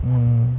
mm